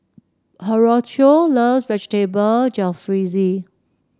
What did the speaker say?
Horatio love Vegetable Jalfrezi